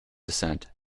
descent